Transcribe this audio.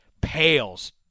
pales